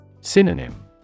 Synonym